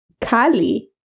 Kali